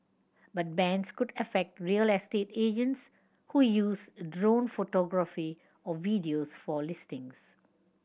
but bans could affect real estate agents who use drone photography or videos for listings